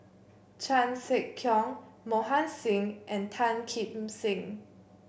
Chan Sek Keong Mohan Singh and Tan Kim Seng